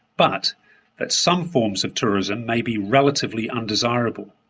but that some forms of tourism may be relatively undesirable.